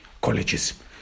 colleges